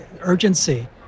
urgency